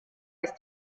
ist